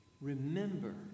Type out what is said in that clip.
Remember